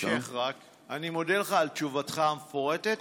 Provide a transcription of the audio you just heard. אני מודה לך על תשובתך המפורטת